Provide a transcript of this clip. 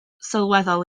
sylweddol